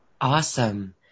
Awesome